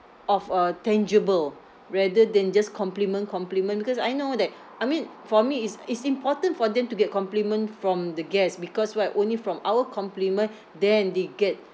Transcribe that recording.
of uh tangible rather than just compliment compliment because I know that I mean for me it's it's important for them to get compliment from the guests because why only from our compliment then they get